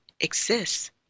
exists